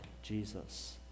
Jesus